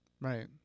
Right